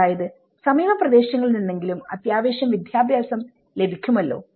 അതായത് സമീപപ്രദേശങ്ങളിൽ നിന്നെങ്കിലും അത്യാവശ്യ വിദ്യാഭ്യാസം ലഭിക്കുമല്ലോ